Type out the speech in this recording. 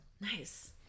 nice